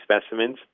specimens